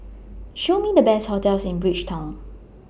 Show Me The Best hotels in Bridgetown